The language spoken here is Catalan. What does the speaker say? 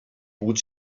pogut